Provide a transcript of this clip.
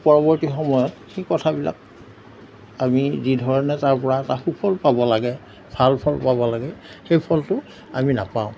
পৰৱৰ্তী সময়ত এই কথাবিলাক আমি যিধৰণে তাৰপৰা এটা সুফল পাব লাগে ভাল ফল পাব লাগে সেই ফলটো আমি নাপাওঁ